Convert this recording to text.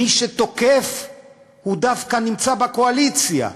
מי שתוקף דווקא נמצא בקואליציה,